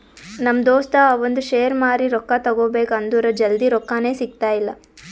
ನಮ್ ದೋಸ್ತ ಅವಂದ್ ಶೇರ್ ಮಾರಿ ರೊಕ್ಕಾ ತಗೋಬೇಕ್ ಅಂದುರ್ ಜಲ್ದಿ ರೊಕ್ಕಾನೇ ಸಿಗ್ತಾಯಿಲ್ಲ